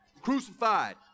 crucified